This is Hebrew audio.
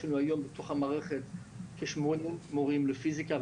יש לנו היום בתוך המערכת כ-80 מורים לפיזיקה,